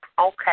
Okay